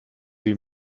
wie